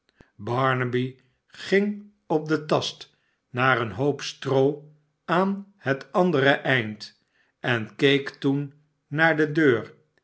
barnaby ging op den tast naar een hoop stroo aan het andere einde en keek toen naar de deur